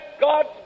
God